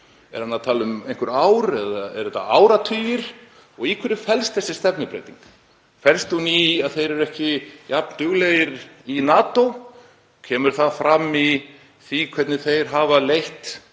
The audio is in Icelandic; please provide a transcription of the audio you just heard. Er hann að tala um einhver ár eða eru þetta áratugir? Í hverju felst þessi stefnubreyting? Felst hún í að þeir eru ekki jafn duglegir í NATO? Kemur það fram í því hvernig þeir hafa leitt